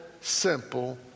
simple